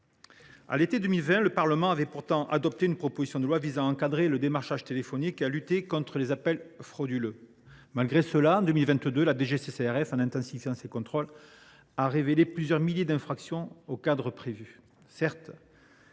À l’été 2020, le Parlement avait pourtant adopté une proposition de loi visant à encadrer le démarchage téléphonique et à lutter contre les appels frauduleux. Malgré cela, la DGCCRF, en intensifiant ses contrôles, a relevé plusieurs milliers d’infractions. Certes,